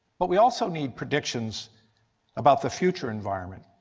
but we also need predictions about the future environment.